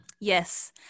Yes